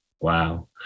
wow